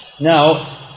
Now